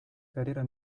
carriera